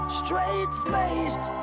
straight-faced